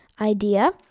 idea